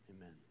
Amen